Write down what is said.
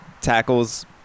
tackles